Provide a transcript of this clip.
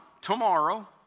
tomorrow